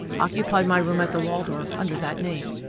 occupied my room at the waldorf under that name.